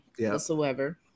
whatsoever